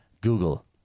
Google